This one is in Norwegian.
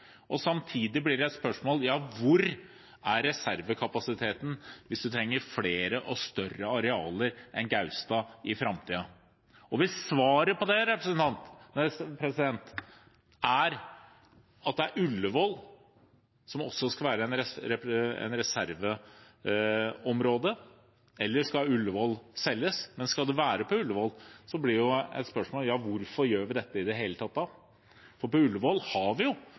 og samtidig blir det et spørsmål om hvor reservekapasiteten er hvis man trenger flere og større arealer enn Gaustad i framtiden. Hvis svaret på det er at Ullevål også skal være et reserveområde – eller skal Ullevål selges? – blir spørsmålet hvorfor vi gjør dette i det hele tatt. På Ullevål har vi arealer for å kunne utvikle et sykehus. Det er Ullevål som burde vært utgangspunktet for den sykehuskapasiteten vi trenger i